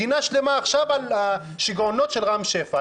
מדינה שלמה עכשיו על השיגעונות של רם שפע.